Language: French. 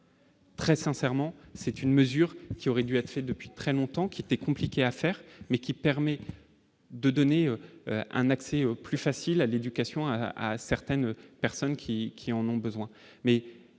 Très sincèrement, c'est une mesure qui aurait dû être fait depuis très longtemps qui était compliqué à faire, mais qui permet de donner un accès plus facile à l'éducation à à certaines personnes qui qui en ont besoin